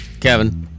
Kevin